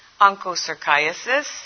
onchocerciasis